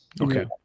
Okay